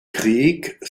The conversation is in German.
krieg